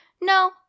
no